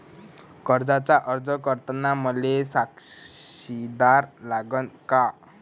कर्जाचा अर्ज करताना मले साक्षीदार लागन का?